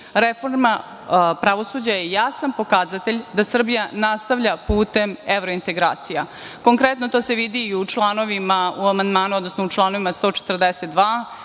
Reforma pravosuđa je jasan pokazatelj da Srbija nastavlja putem evrointegracija. Konkretno to se vidi i u članovima 142.